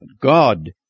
god